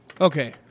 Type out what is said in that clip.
Okay